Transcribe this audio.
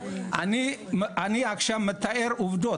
אני עכשיו מתאר עובדות,